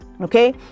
okay